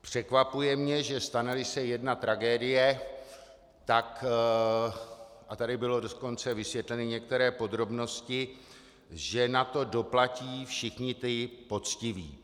Překvapuje mě, že staneli se jedna tragédie, tak, a tady byly dokonce vysvětleny některé podrobnosti, že na to doplatí všichni ti poctiví.